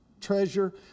treasure